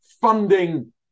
funding